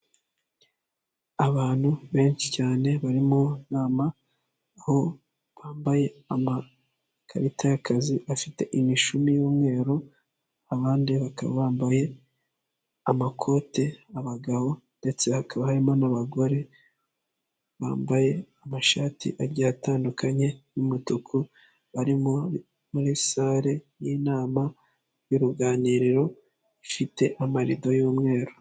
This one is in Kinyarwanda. Abantu benshi cyane bari mu nama aho bambaye amakarita y'akazi afite imishumi y'umweru, abandi bambaye amakote abagabo ndetse hakaba harimo n'abagore bambaye amashati agiye atandukanye y'umutuku bari muri sare y'inama y'uruganiriro ifite amarido y'umweru.